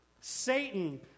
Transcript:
Satan